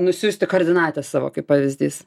nusiųsti koordinates savo kaip pavyzdys